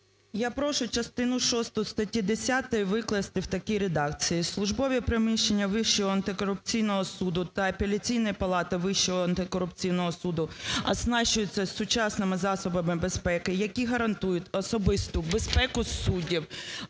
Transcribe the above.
Я прошу частину шосту статті 10 викласти в такій редакції: "Службові приміщення Вищого антикорупційного суду та Апеляційної палати Вищого антикорупційного суду оснащується сучасними засобами безпеки, які гарантують особисту безпеку суддів,